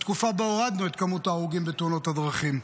בתקופה שבה הורדנו את כמות ההרוגים בתאונות הדרכים.